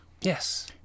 Yes